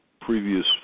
previous